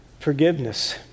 Forgiveness